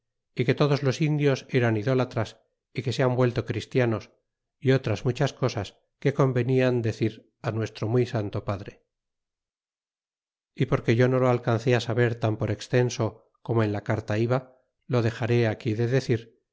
y que todos los indios eran idolatras y que se han vuelto christianos y otras muchas cosas que convenian decir nuestro muy santo padre y porque yo no lo alcancé saber tan por extenso como en la carta iba lo dexaré aquí de decir